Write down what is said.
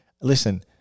Listen